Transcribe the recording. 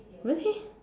really